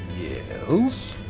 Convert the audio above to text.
Yes